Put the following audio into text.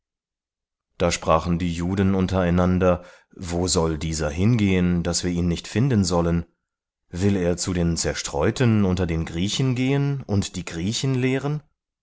da sprachen die juden untereinander wo soll dieser hin gehen daß wir ihn nicht finden sollen will er zu den zerstreuten unter den griechen gehen und die griechen lehren